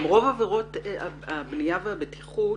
גם רוב עבירות הבנייה והבטיחות